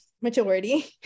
majority